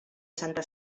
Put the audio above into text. santa